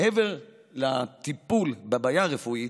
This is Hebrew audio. מעבר לטיפול בבעיה הרפואית,